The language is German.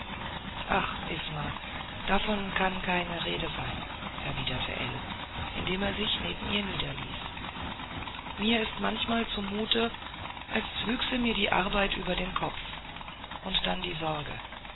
ach isma davon kann keine rede sein erwiderte ell indem er sich neben ihr niederließ mir ist manchmal zumute als wüchse mir die arbeit über den kopf und dann die sorge